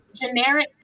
generic